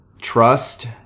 trust